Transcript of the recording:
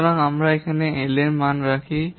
সুতরাং আমরা এখানে L এর মান রাখি